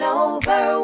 over